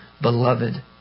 beloved